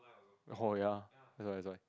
hor ya that's why that's why